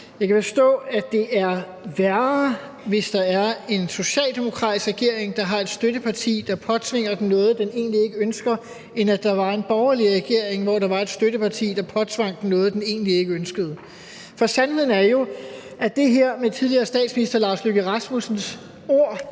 Jeg kan forstå, at det er værre, hvis der er en socialdemokratisk regering, der har et støtteparti, der påtvinger den noget, den egentlig ikke ønsker, end da der var en borgerlig regering, hvor der var et støtteparti, der påtvang den noget, den egentlig ikke ønskede. For sandheden er jo, at det her med tidligere statsminister Lars Løkke Rasmussens ord